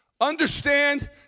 Understand